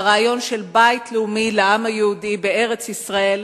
לרעיון של בית לאומי לעם היהודי בארץ-ישראל,